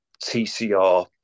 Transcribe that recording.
TCR